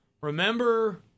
remember